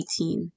18